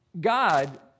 God